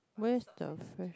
where's the flash